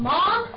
Mom